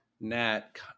Nat